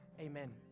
Amen